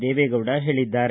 ದೇವೆಗೌಡ ಹೇಳಿದ್ದಾರೆ